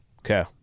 Okay